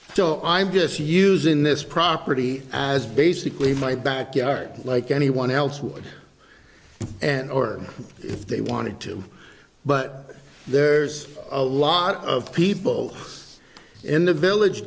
so i'm just using this property as basically my backyard like anyone else would and or if they wanted to but there's a lot of people in the village